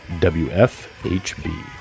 WFHB